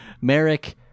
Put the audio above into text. Merrick